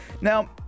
Now